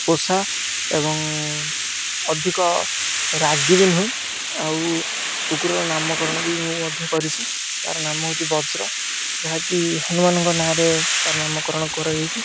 ପୋଷା ଏବଂ ଅଧିକ ରାଗି ବି ନୁହେଁ ଆଉ କୁକୁରର ନାମକରଣ ବି ମୁଁ ମଧ୍ୟ କରିଛିି ତା'ର ନାମ ହେଉଛି ବଜ୍ର ଯାହାକି ହନୁମାନଙ୍କ ନାଁରେ ତା'ର ନାମକରଣ କରାଯାଇଛି